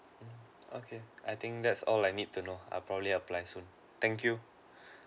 mm okay I think that's all I need to know I probably apply soon thank you